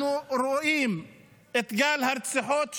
אנחנו רואים את גל הרציחות שנמשך.